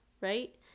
right